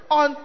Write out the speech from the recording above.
on